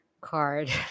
card